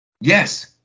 Yes